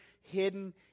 hidden